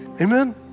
Amen